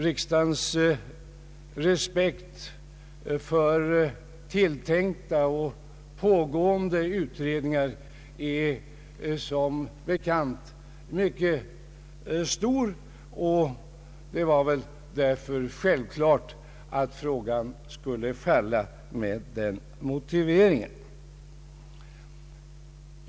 Riksdagens respekt för tilltänkta och pågående utredningar är som bekant mycket stor, och det var väl därför självklart att frågan skulle falla med den motiveringen.